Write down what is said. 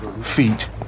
feet